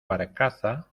barcaza